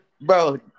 Bro